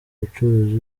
mucuruzi